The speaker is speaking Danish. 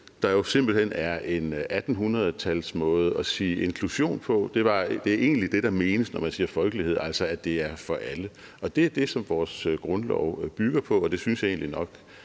jo simpelt hen er en 1800-talsmåde at sige inklusion på. Det er egentlig det, der menes, når man siger folkelighed, altså at det er for alle. Og det er det, som vores grundlov bygger på, og det synes jeg egentlig nok